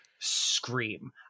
scream